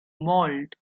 mauled